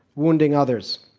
wounding others.